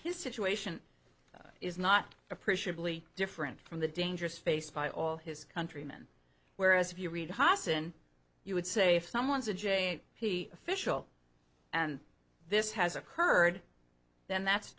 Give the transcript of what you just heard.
situation is not appreciably different from the dangers faced by all his countrymen whereas if you read haas and you would say if someone's a j p official and this has occurred then that's